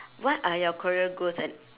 what are your career goals and